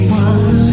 one